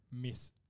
miss